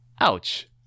Ouch